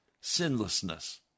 sinlessness